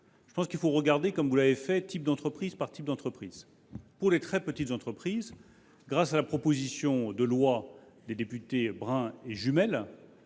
Je pense qu’il faut regarder, comme vous l’avez fait, type d’entreprise par type d’entreprise. Pour les très petites entreprises, grâce à la proposition de loi des députés Brun et Jumel,